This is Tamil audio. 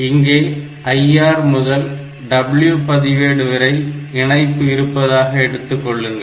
இங்கே IR முதல் W பதிவேடு வரை இணைப்பு இருப்பதாக எடுத்துக் கொள்ளுங்கள்